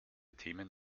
themen